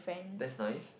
that's nice